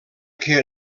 que